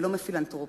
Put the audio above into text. ולא מפילנתרופים.